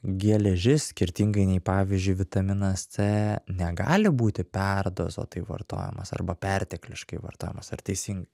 geležis skirtingai nei pavyzdžiui vitaminas c negali būti perdozuotai vartojamas arba pertekliškai vartojamas ar teisingai